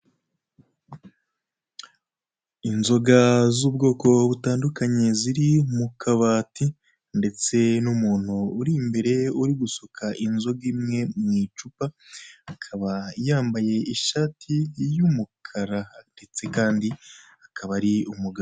Inzoga z'ubwoko butandukanye ziri mu kabati ndetse n'umuntu urimo imbere uri gusuka inzoga imwe mu icupa, akaba yambaye ishati y'umukara ndetse kandi akaba ari umugabo.